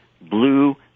blue